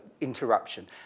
interruption